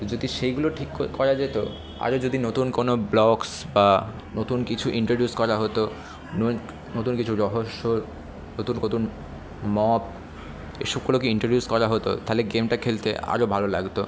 যদি সেইগুলো ঠিক ক করা যেত আরও যদি নতুন কোনো ব্লকস বা নতুন কিছু ইন্ট্রোডিউস করা হতো নতুন কিছু রহস্য নতুন কতুন এসবগুলোকে ইন্ট্রোডিউস করা হতো তাহলে গেমটা খেলতে আরও ভালো লাগত